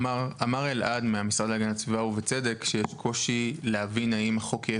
אמר אלעד מהמשרד להגנת הסביבה ובצדק שיש קושי להבין האם החוק יהיה